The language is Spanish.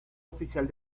oficial